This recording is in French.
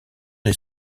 des